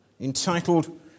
entitled